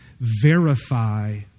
verify